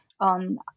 on